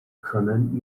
可能